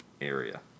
area